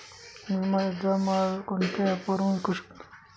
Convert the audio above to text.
मी माझा माल कोणत्या ॲप वरुन विकू शकतो?